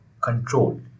control